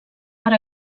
per